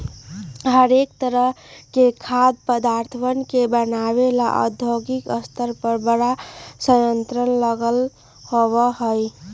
हरेक तरह के खाद्य पदार्थवन के बनाबे ला औद्योगिक स्तर पर बड़ा संयंत्र लगल होबा हई